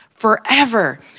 forever